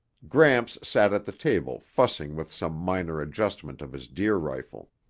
gramps sat at the table fussing with some minor adjustment of his deer rifle.